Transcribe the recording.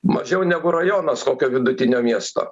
mažiau negu rajonas kokio vidutinio miesto